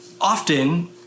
Often